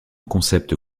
concept